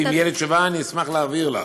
ואם תהיה לי תשובה אני אשמח להעביר לך.